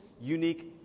unique